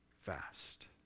fast